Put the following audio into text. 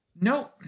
No